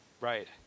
Right